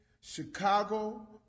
Chicago